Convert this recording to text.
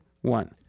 one